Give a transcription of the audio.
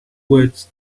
words